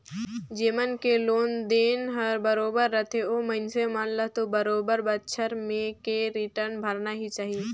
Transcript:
जेमन के लोन देन हर बरोबर रथे ओ मइनसे मन ल तो बरोबर बच्छर में के रिटर्न भरना ही चाही